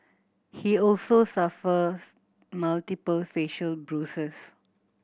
he also suffers multiple facial bruises